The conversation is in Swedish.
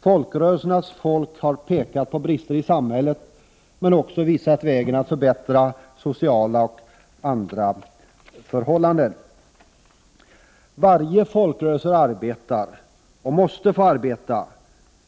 Folkrörelsernas folk har pekat på brister i samhället, men också visat på vägar att förbättra såväl sociala som andra förhållanden. Varje folkrörelse arbetar, och måste få arbeta,